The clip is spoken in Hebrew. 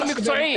מקצועי.